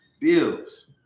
bills